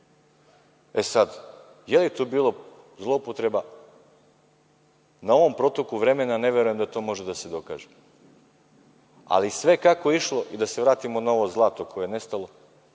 kupca. Je li tu bila zloupotreba? Na ovom protoku vremena ne verujem da to može da se dokaže, ali sve kako je išlo, i da se vratimo na ovo zlato koje je nestalo,